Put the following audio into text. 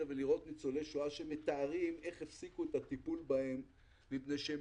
ולראות ניצולי שואה שמתארים איך הפסיקו את הטיפול בהם מפני שהם